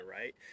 right